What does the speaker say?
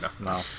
no